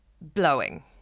Blowing